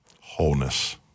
Wholeness